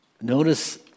Notice